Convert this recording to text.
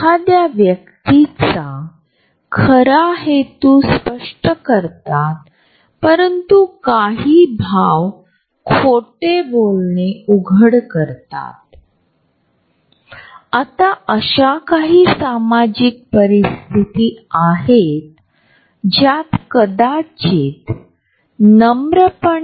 हे चार झोन सहज अंतर ठेवण्यासाठी वर्गीकरण करणारी प्रणाली आहेत आणि ती जिव्हाळ्याची वैयक्तिक सामाजिक आणि सार्वजनिक झोन आहेत